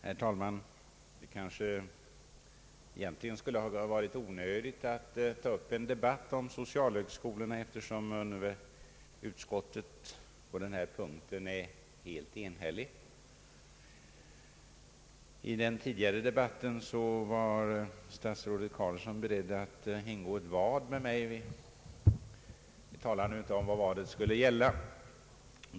Herr talman! Det skulle egentligen ha varit onödigt att ta upp en debatt om socialhögskolorna, eftersom utskottet på denna punkt är helt enigt. Carlsson beredd att ingå ett vad med mig. Vi talade nu inte om vad det skulle gälla.